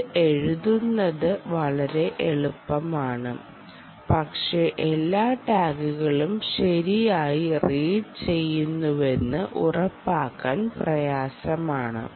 ഇത് എഴുതുന്നത് വളരെ എളുപ്പമാണ് പക്ഷേ എല്ലാ ടാഗുകളും ശരിയായി റീഡ് ചെയ്തുവെന്ന് ഉറപ്പാക്കാൻ പ്രയാസമാണ്